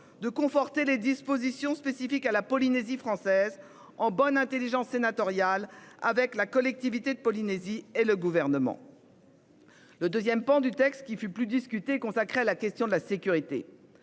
de conforter les dispositions spécifiques à la Polynésie française en bonne intelligence sénatoriales avec la collectivité de Polynésie et le gouvernement. Le 2ème pan du texte qui fut plus discutée consacré à la question de la sécurité.